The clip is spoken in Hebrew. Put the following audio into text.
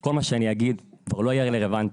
כל מה שאני אגיד כבר לא יהיה רלוונטי